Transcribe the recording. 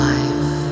Life